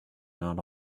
not